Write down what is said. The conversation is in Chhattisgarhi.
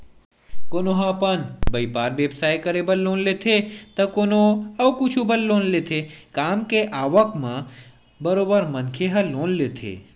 कोनो ह अपन बइपार बेवसाय करे बर लोन लेथे त कोनो अउ कुछु बर लोन लेथे काम के आवक म बरोबर मनखे ह लोन लेथे